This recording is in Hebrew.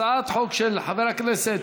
הצעת חוק של חבר הכנסת